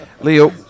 Leo